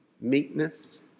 meekness